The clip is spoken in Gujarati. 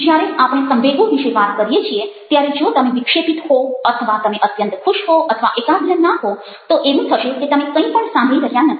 જ્યારે આપણે સંવેગો વિશે વાત કરીએ છીએ ત્યારે જો તમે વિક્ષેપિત હો અથવા તમે અત્યંત ખુશ હો અથવા એકાગ્ર ના હો તો એવું થશે કે તમે કંઈ પણ સાંભળી રહ્યા નથી